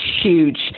huge